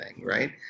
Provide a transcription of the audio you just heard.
right